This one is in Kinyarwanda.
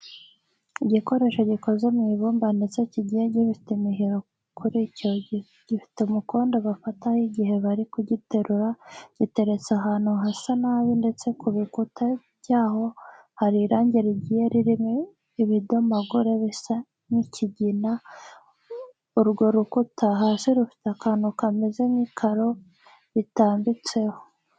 Igikoresho gikoze mu ibumba ndetse kigiye gifite imihiro kuri cyo, gifite umukondo bafataho igihe bari kugiterura. Giteretse ahantu hasa nabi ndetse ku bikuta byaho hari irangi rigiye ririmo ibidomagure bisa nk'ikigina. Urwo rukuta hasi rufite akantu kameze nk'ikaro ritambitseho.